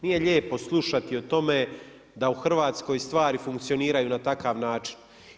Nije lijepo slušati o tome da u Hrvatskoj stvari funkcioniraju na takav način.